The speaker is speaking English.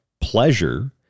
pleasure